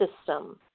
system